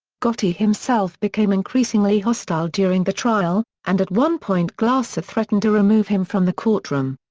gotti himself became increasingly hostile during the trial, and at one point glasser threatened to remove him from the courtroom.